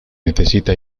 necesita